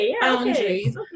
boundaries